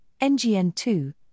NGN2